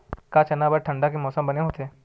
का चना बर ठंडा के मौसम बने होथे?